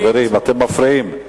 חברים, אתם מפריעים.